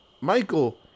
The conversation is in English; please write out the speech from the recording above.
michael